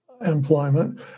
employment